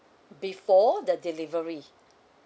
before the delivery